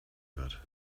wird